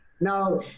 Now